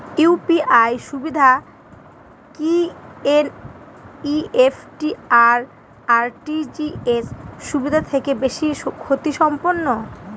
UPI সুবিধা কি NEFT আর আর.টি.জি.এস সুবিধা থেকে বেশি গতিসম্পন্ন?